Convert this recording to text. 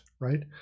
right